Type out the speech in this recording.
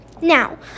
Now